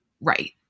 Right